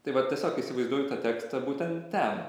tai vat tiesiog įsivaizduoju tą tekstą būtent ten